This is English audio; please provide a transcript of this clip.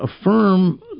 affirm